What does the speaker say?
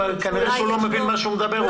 כנראה הוא לא מבין מה שהוא אומר.